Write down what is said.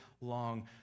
long